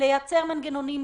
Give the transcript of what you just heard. צריך לייצר מנגנונים,